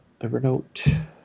Evernote